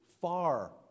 far